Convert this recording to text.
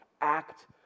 act